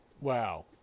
Wow